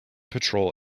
patrol